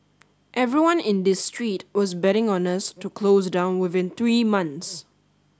everyone in this street was betting on us to close down within three months